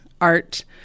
art